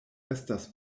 estas